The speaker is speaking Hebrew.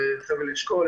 בחבל אשכול,